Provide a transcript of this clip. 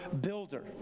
builder